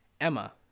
Emma